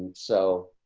so.